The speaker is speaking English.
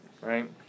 right